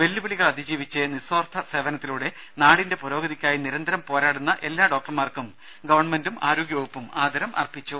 വെല്ലുവിളികൾ അതിജീവിച്ച് നിസ്വാർത്ഥ സേവനത്തിലൂടെ നാടിന്റെ പുരോഗതിക്കായി നിരന്തരം പോരാടുന്ന എല്ലാ ഡോക്ടർമാർക്കും ഗവൺമെന്റും ആരോഗ്യവകുപ്പും ആദരമർപ്പിച്ചു